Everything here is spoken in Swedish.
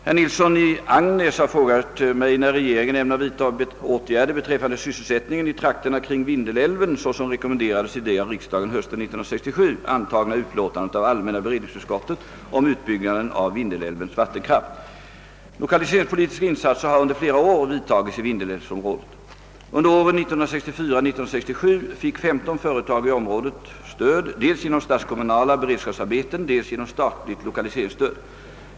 Herr talman! Herr Nilsson i Agnäs har frågat mig när regeringen ämnar vidta åtgärder beträffande sysselsättningen i trakterna kring Vindelälven såsom rekommenderades i det av riksdagen hösten 1967 godkända utlåtandet av allmänna beredningsutskottet om utbyggnaden av Vindelälvens vattenkraft. Lokaliseringspolitiska insatser har under flera år vidtagits i vindelälvsområdet. Under åren 1964—1967 fick 15 företag i området stöd dels genom statskommunala beredskapsarbeten, dels genom statligt lokaliseringsstöd.